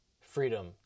freedom